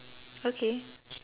okay